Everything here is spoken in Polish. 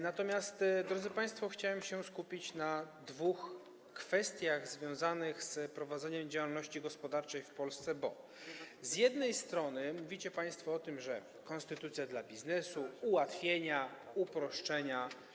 Natomiast, drodzy państwo, chciałem się skupić na dwóch kwestiach związanych z prowadzeniem działalności gospodarczej w Polsce, bo z jednej strony mówicie państwo: konstytucja dla biznesu, ułatwienia, uproszczenia.